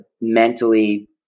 mentally